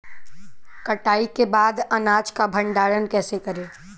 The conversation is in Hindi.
कटाई के बाद अनाज का भंडारण कैसे करें?